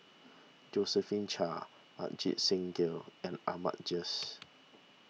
Josephine Chia Ajit Singh Gill and Ahmad Jais